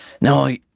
no